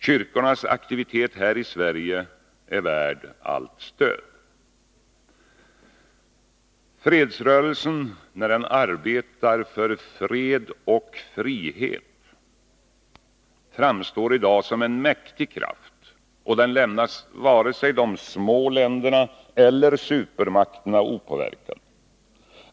Kyrkornas aktivitet här i Sverige är värd allt stöd. Fredsrörelsen, när den arbetar för fred och frihet, framstår i dag som en mäktig kraft och lämnar varken de små länderna eller supermakterna opåverkade.